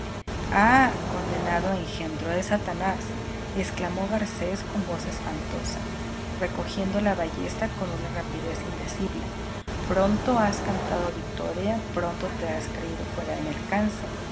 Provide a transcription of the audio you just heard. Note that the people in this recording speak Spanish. ah condenado engendro de satanás exclamó garcés con voz espantosa recogiendo la ballesta con una rapidez indecible pronto has cantado victoria pronto te has creído fuera de mi alcance